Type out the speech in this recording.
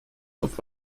auf